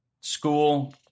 school